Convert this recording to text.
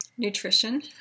Nutrition